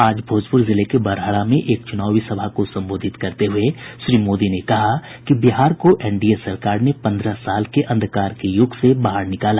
आज भोजप्र जिले के बड़हरा में एक चुनावी सभा को संबोधित करते हुए श्री मोदी ने कहा कि बिहार को एनडीए सरकार ने पंद्रह साल के अंधकार के यूग से बाहर निकाला